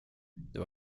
det